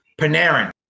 Panarin